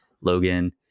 Logan